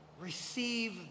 receive